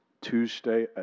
Tuesday